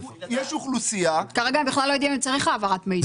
יש אוכלוסייה --- כרגע הם בכלל לא יודעים אם צריך העברת מידע.